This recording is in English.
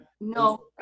No